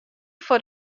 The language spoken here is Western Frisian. foar